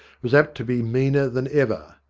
was apt to be meaner than ever.